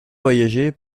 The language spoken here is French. voyager